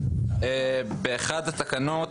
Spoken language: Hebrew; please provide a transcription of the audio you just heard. בתקנות